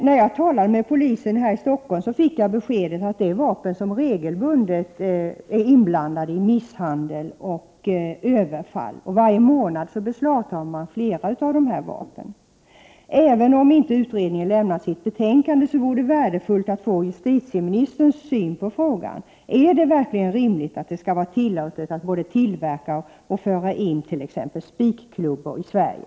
När jag talade med polisen i Stockholm fick jag beskedet att det är fråga om vapen som regelbundet är inblandade i misshandel och överfall. Varje månad beslagtas flera av dessa vapen. Även om utredningen inte har lagt fram sitt betänkande än vore det värdefullt att få justitieministerns syn på frågan. Är det verkligen rimligt att det skall vara tillåtet att både tillverka och föra in t.ex. spikklubbor i Sverige?